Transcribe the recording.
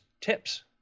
tips